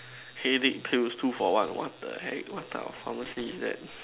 headache pills two for one and what the heck what type of pharmacy is that